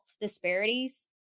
disparities